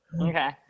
okay